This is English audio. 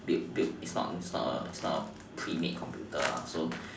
built built it's not a pre made computer lah so